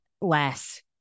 less